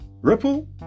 Ripple